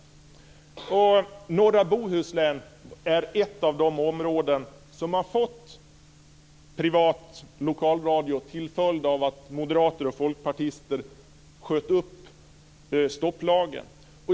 Norra Bohuslän är ett av de områden som har fått privat lokalradio till följd av att moderater och folkpartister sköt upp stopplagen.